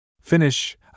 Finish